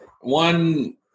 one